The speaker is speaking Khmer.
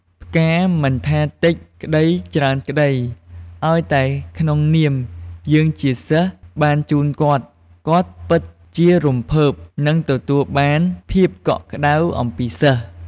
ផ្កាមិនថាតិចក្តីច្រើនក្តីឱ្យតែក្នុងនាមយើងជាសិស្សបានជូនគាត់ គាត់ពិតជារំភើប និងទទួលបានភាពកក់ក្តៅអំពីសិស្ស។